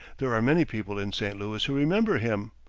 there are many people in st. louis who remember him.